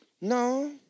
No